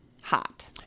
hot